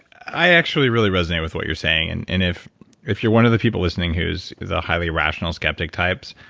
i actually really resonate with what you're saying. and and if if you're one of the people listening who is a highly rational skeptic types,